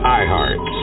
iHeart